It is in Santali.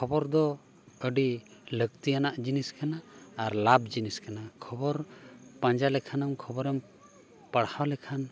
ᱠᱷᱚᱵᱚᱨ ᱫᱚ ᱟᱹᱰᱤ ᱞᱟᱹᱠᱛᱤᱭᱟᱱᱟᱜ ᱡᱤᱱᱤᱥ ᱠᱟᱱᱟ ᱟᱨ ᱞᱟᱵᱷ ᱡᱤᱱᱤᱥ ᱠᱟᱱᱟ ᱠᱷᱚᱵᱚᱨ ᱯᱟᱸᱡᱟ ᱞᱮᱠᱷᱟᱱᱮᱢ ᱠᱷᱚᱵᱚᱨᱮᱢ ᱯᱟᱲᱦᱟᱣ ᱞᱮᱠᱷᱟᱱ